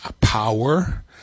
power